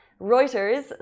Reuters